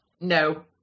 no